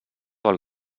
del